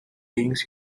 beings